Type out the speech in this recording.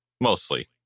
mostly